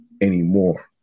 anymore